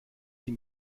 sie